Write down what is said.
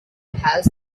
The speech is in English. has